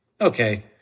okay